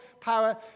power